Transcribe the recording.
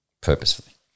purposefully